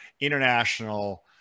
international